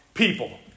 people